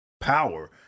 power